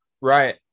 Right